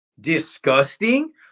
Disgusting